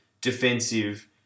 defensive